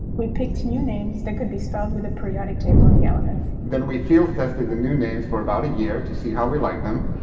we picked new names that could be spelled with a periodic table of the elements. then we field tested the new names for about a year to see how we liked them.